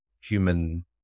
human